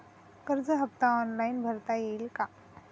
कर्ज हफ्ता ऑनलाईन भरता येईल का?